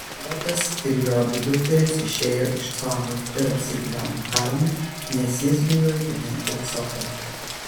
lotas ir jo abi dukterys išėjo iš coaro ir apsigyveno kalne nes jis bijojo gyventi coare